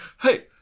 Hey